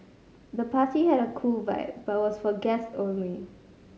the party had a cool vibe but was for guests only